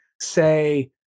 say